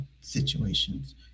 situations